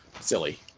silly